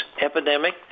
epidemic